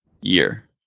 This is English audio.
year